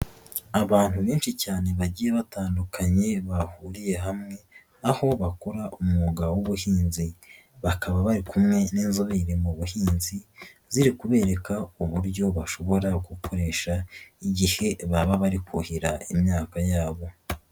Abantu benshi cyane bagiye batandukanye bahuriye hamwe aho bakora umwuga w'ubuhinzi, bakaba bari kumwe n'inzobere mu buhinzi ziri kubereka uburyo bashobora gukoresha igihe baba bari kuhira imyaka yabo.